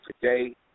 today